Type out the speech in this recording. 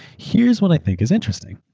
here's what i think is interesting.